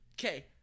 Okay